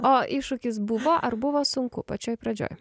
o iššūkis buvo ar buvo sunku pačioj pradžioj